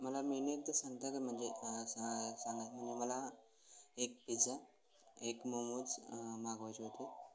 मला मेनू एकदा सांगता का म्हणजे स सांगा म्हणजे मला एक पिझ्झा एक मोमोज मागवायचे होते